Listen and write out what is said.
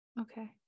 Okay